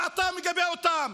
ואתה מגבה אותם,